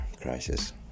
Crisis